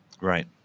Right